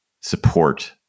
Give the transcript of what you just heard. support